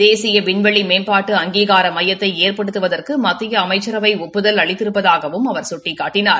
தேசிய விண்வெளி மேம்பாட்டு அங்கீகார மையத்தை ஏற்படுத்துவதற்கு மத்திய அமைச்சரவை ஒப்புதல் அளித்திருப்பதாகவும் அவர் சுட்டிக்காட்டினார்